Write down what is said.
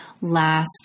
last